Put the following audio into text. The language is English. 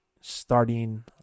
starting